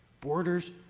borders